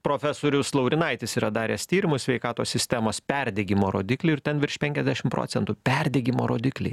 profesorius laurinaitis yra daręs tyrimus sveikatos sistemos perdegimo rodiklių ir ten virš penkiasdešim procentų perdegimo rodikliai